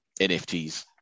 NFTs